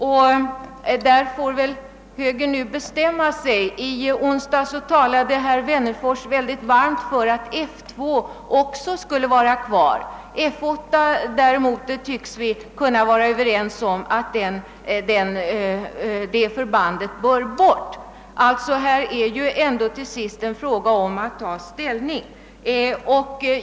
På den punkten får högern bestämma sig! I onsdags talade herr Wennerfors varmt för att F 2 också borde finnas kvar. Vi tycks däremot vara överens om att F 8 skall dragas in. Det gäller här att ta ställning.